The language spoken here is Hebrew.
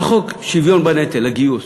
על חוק שוויון בנטל, הגיוס.